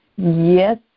Yes